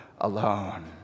alone